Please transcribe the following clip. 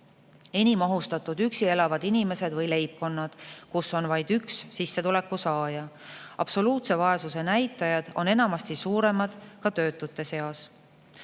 enim ohustatud üksi elavad inimesed või leibkonnad, kus on vaid üks sissetuleku saaja. Absoluutse vaesuse näitajad on enamasti suuremad ka töötute seas.